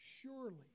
surely